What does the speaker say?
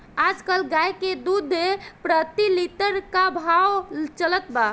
आज कल गाय के दूध प्रति लीटर का भाव चलत बा?